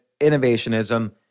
innovationism